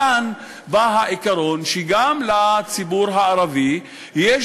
מכאן בא העיקרון שגם לציבור הערבי יש